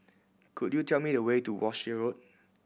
could you tell me the way to Walshe Road